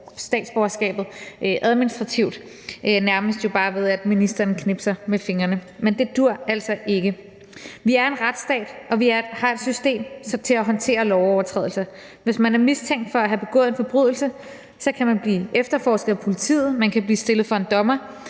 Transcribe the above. statsborgerskabet administrativt, jo nærmest bare ved at ministeren knipser med fingrene. Men det duer altså ikke. Vi er en retsstat, og vi har et system til at håndtere lovovertrædelser. Hvis man er mistænkt for at have begået en forbrydelse, kan man blive efterforsket af politiet, og man kan blive stillet for en dommer,